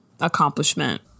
accomplishment